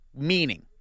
Meaning